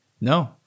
No